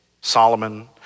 Solomon